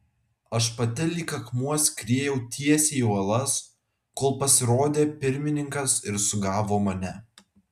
aš pati lyg akmuo skriejau tiesiai į uolas kol pasirodė pirmininkas ir sugavo mane